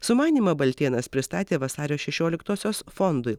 sumanymą baltėnas pristatė vasario šešioliktosios fondui